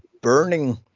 Burning